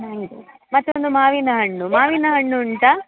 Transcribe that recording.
mango ಮತ್ತು ಒಂದು ಮಾವಿನಹಣ್ಣು ಮಾವಿನಹಣ್ಣು ಉಂಟಾ